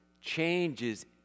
changes